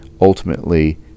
ultimately